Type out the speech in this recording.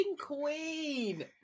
queen